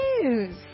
news